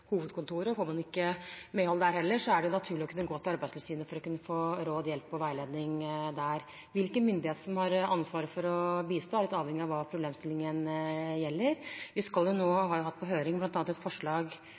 hovedkontoret. Får man ikke medhold der heller, er det naturlig å gå til Arbeidstilsynet for å få råd, hjelp og veiledning der. Hvilken myndighet som har ansvaret for å bistå, er litt avhengig av hva problemstillingen gjelder. Vi har hatt på høring bl.a. et forslag